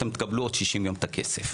אתם תקבלו בעוד 60 יום את הכסף.